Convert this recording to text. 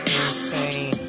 Insane